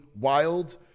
wild